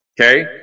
Okay